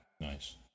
Nice